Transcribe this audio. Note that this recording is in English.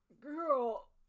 Girl